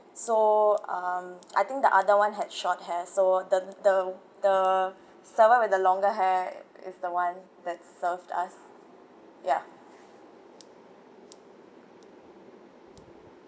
so um I think the other one had short hair so the the the server with the longer hair is the one that served us ya